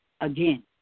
again